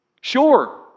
Sure